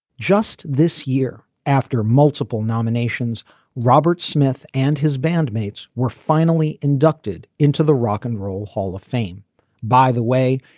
just this year after multiple nominations robert smith and his bandmates were finally inducted into the rock and roll hall of fame by the way.